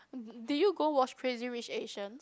did you go watch Crazy Rich Asians